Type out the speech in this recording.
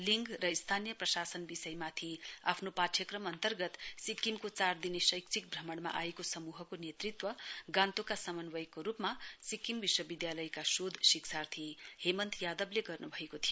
लिंग र स्थानीय प्रशासन विषयमाथि आफ्नो पाठ्यक्रम अन्तर्गत सिक्किमको चार दिने शैक्षिक भ्रमणमा आएको समूहको नेतृत्तव गान्तोकका समन्वयको रूपमा सिक्किम विश्वविद्यालयका शोध शिक्षार्थी हेमन्त यादवले गर्नु भएको थियो